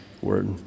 word